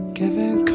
giving